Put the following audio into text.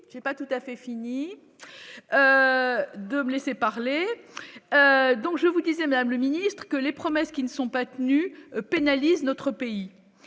n'ai pas tout à fait fini de me laisser parler, donc je vous disais, Madame le Ministre, que les promesses qui ne sont pas tenus pénalise notre pays